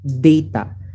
data